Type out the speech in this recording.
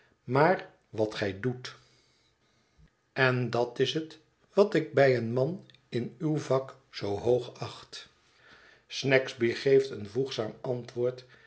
maar wat gij doet en dat is het wat ik bij een man in uw vak zoo hoog acht snagsby geett een voegzaam antwoord